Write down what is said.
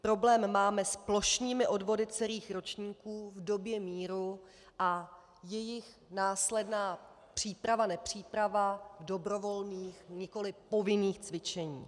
Problém máme s plošnými odvody celých ročníků v době míru a jejich následná příprava nepříprava dobrovolných, nikoli povinných cvičení.